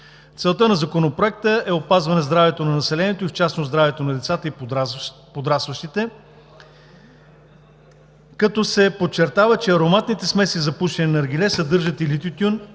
Целта на Законопроекта е опазване здравето на населението и в частност здравето на децата и подрастващите, като се подчертава, че ароматните смеси за пушене на наргиле съдържат или тютюн,